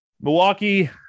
Milwaukee